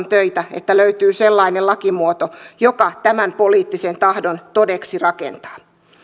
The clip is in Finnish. töitä että löytyy sellainen lakimuoto joka tämän poliittisen tahdon todeksi rakentaa